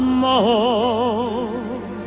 more